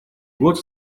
год